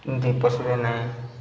ଏମ୍ତି ପଶିବେ ନାହିଁ